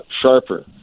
sharper